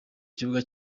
kibuga